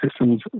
systems